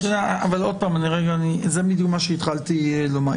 אבל זה בדיוק מה שהתחלתי לומר.